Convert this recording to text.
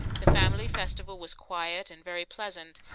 the family festival was quiet and very pleasant,